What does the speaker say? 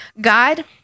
God